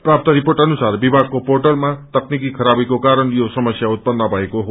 प्राप्त रिर्पोट अनुसार विभागको पोइलामा तकनीकि खराबीको कारण यो समस्या उत्पन्न भएको हो